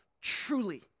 truly